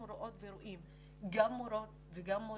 אנחנו רואות ורואים גם מורות וגם מורים,